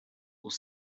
will